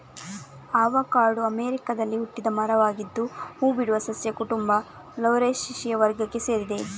avocado ಅಮೆರಿಕಾದಲ್ಲಿ ಹುಟ್ಟಿದ ಮರವಾಗಿದ್ದು ಹೂ ಬಿಡುವ ಸಸ್ಯ ಕುಟುಂಬ ಲೌರೇಸಿಯ ವರ್ಗಕ್ಕೆ ಸೇರಿದೆ